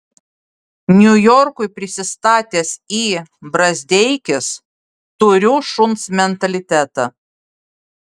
niujorkui prisistatęs i brazdeikis turiu šuns mentalitetą